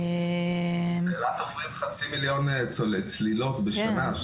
באילת יש חצי מיליון צלילות בשנה.